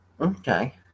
Okay